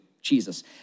Jesus